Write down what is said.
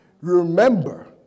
Remember